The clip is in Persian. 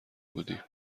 بودیم